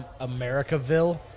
Americaville